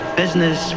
business